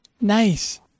Nice